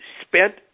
spent